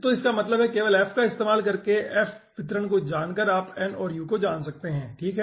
तो इसका मतलब है कि केवल f का इस्तेमाल करके f वितरण को जानकर आप n और u को जान सकते हैं ठीक है